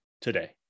today